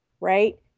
right